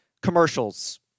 Commercials